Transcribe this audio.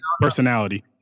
personality